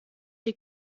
die